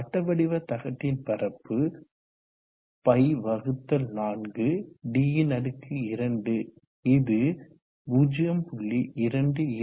வட்ட வடிவ தகட்டின் பரப்பு π4d2 இது 0